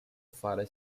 fare